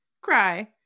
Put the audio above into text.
cry